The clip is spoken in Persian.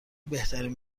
بهترین